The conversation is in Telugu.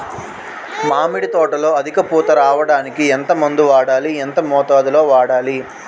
మామిడి తోటలో అధిక పూత రావడానికి ఎంత మందు వాడాలి? ఎంత మోతాదు లో వాడాలి?